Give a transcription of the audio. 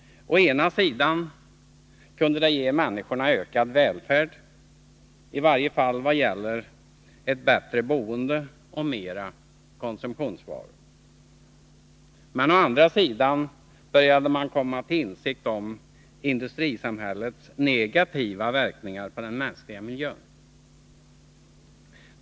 Å ena sidan kunde det ge människorna ökad välfärd, i varje fall i vad gäller ett bättre boende och mera konsumtionsvaror. Men å andra sidan började man komma till insikt om industrisamhällets negativa verkningar på den mänskliga miljön.